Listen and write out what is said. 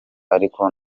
ariko